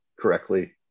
correctly